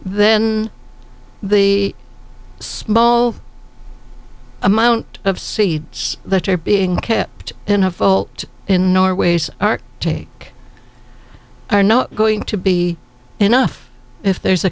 then the small amount of seeds that are being kept in a vault in norway's take are not going to be enough if there's a